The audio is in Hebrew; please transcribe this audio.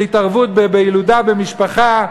של התערבות בילודה במשפחה.